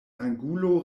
angulo